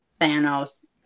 Thanos